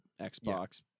Xbox